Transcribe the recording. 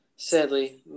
sadly